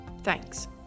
Thanks